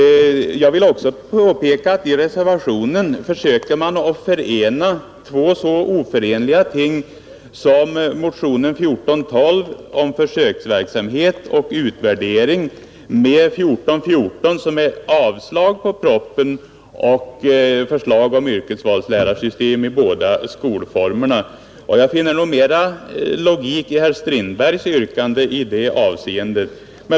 Jag vill också påpeka att man i reservationen försöker att förena två så olika ting som motionen 1412 om försöksverksamhet och utvärdering med motionen 1414 om avslag på propositionen och förslag om yrkesvalslärarsystem i båda skolformerna. Jag finner mera logik i herr Strindbergs yrkande i det avseendet.